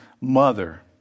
mother